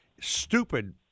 stupid